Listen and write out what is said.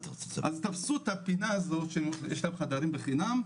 תפסו את הפינה הזאת שיש להם חדרים בחינם,